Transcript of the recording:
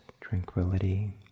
tranquility